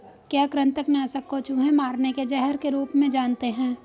क्या कृतंक नाशक को चूहे मारने के जहर के रूप में जानते हैं?